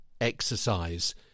exercise